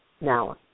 Now